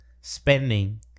spending